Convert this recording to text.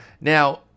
Now